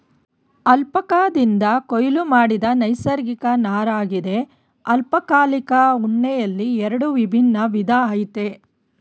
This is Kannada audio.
ಅಲ್ಪಕಾದಿಂದ ಕೊಯ್ಲು ಮಾಡಿದ ನೈಸರ್ಗಿಕ ನಾರಗಿದೆ ಅಲ್ಪಕಾಲಿಕ ಉಣ್ಣೆಯಲ್ಲಿ ಎರಡು ವಿಭಿನ್ನ ವಿಧ ಆಯ್ತೆ